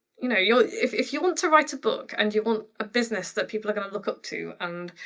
you know you know if if you want to write a book and you want a business that people are gonna look up to and